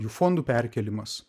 jų fondų perkėlimas